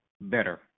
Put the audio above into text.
better